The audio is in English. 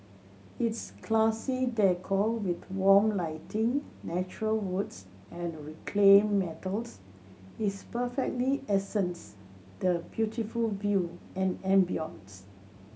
its classy decor with warm lighting natural woods and reclaimed metals is perfectly accents the beautiful view and ambience